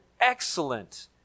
excellent